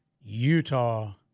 Utah